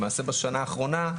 למעשה בשנה האחרונה,